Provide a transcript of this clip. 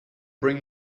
bring